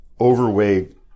overweight